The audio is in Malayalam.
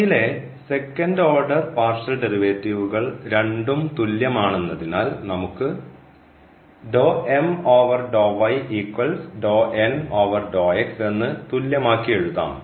ഇവയിലെ സെക്കൻഡ് ഓർഡർ പാർഷ്യൽ ഡെറിവേറ്റീവ്കൾ രണ്ടും തുല്യമാണെന്നതിനാൽ നമുക്ക് എന്ന് തുല്യമാക്കി എഴുതാം